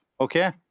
okay